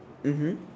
mmhmm